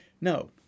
no